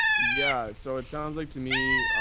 yeah. so it sounds like to me,